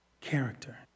character